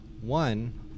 one